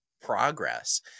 progress